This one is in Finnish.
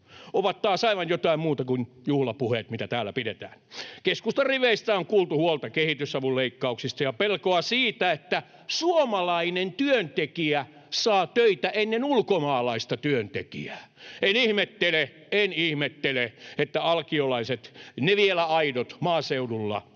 ovat taas aivan jotain muuta kuin juhlapuheet, mitä täällä pidetään. Keskustan riveistä on kuultu huolta kehitysavun leikkauksista ja pelkoa siitä, että suomalainen työntekijä saa töitä ennen ulkomaalaista työntekijää. En ihmettele, en ihmettele, että alkiolaiset, ne vielä aidot maaseudulla,